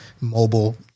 mobile